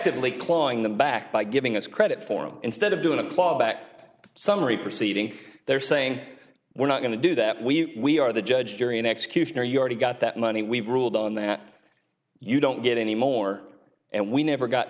effectively clawing them back by giving us credit for him instead of doing a claw back summary proceeding they're saying we're not going to do that we are the judge jury and executioner your he got that money we've ruled on that you don't get any more and we never got